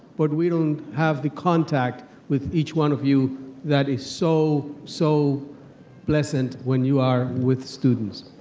but we don't have the contact with each one of you that is so, so pleasant when you are with students.